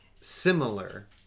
similar